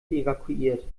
evakuiert